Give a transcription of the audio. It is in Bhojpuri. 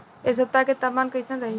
एह सप्ताह के तापमान कईसन रही?